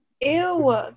Ew